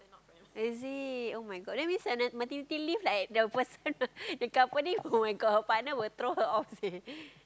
is it [oh]-my-god that means and then maternity leave like the person the company who [oh]-my-god her partner will throw her off seh